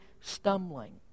stumbling